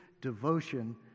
devotion